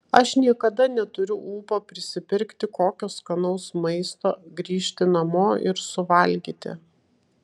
aš niekada neturiu ūpo prisipirkti kokio skanaus maisto grįžti namo ir suvalgyti